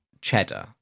cheddar